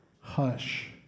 Hush